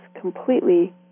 completely